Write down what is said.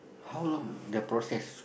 how long the process